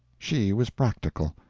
she was practical.